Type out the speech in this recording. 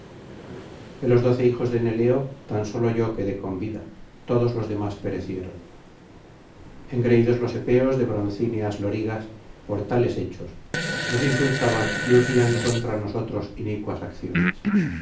de los doce hijos de neleo tan sólo yo quedé con vida todos los demás perecieron engreídos los epeos de broncíneas lorigas por tales hechos nos insultaban y urdían contra nosotros inicuas acciones